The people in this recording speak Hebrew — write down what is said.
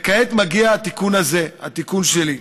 וכעת מגיע התיקון הזה, התיקון שלי,